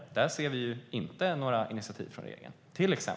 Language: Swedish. Där ser vi inga initiativ från regeringen.